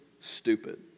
stupid